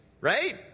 Right